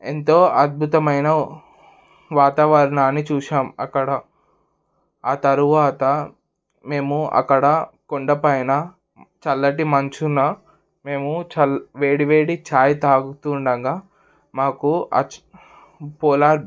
ఎంతో అద్భుతమైన వాతావరణాన్ని చూసాం అక్కడ ఆ తరువాత మేము అక్కడ కొండపైన చల్లటి మంచునా మేము వేడి వేడి చాయ్ తాగుతూ ఉండంగా మాకు పోలార్